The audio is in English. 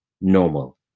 normal